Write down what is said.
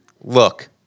look